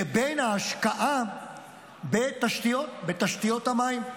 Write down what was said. לבין ההשקעה בתשתיות המים.